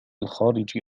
الخارج